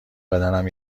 بدنم